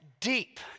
deep